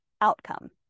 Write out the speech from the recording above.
outcome